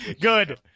Good